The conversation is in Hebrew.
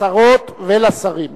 לשרות ולשרים.